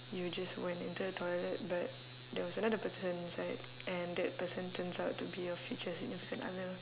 you just went into the toilet but there was another person inside and that person turns out to be your future significant other